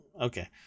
okay